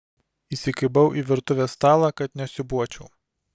įsikibau į virtuvės stalą kad nesiūbuočiau